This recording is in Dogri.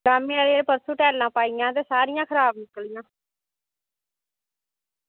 लाह्मां एह् कि परसों टाइलां पाइयां ते सारियां खराब निकलियां